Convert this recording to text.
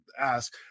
ask